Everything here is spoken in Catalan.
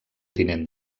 tinent